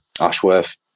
Ashworth